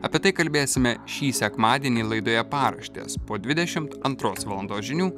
apie tai kalbėsime šį sekmadienį laidoje paraštės po dvidešimt antros valandos žinių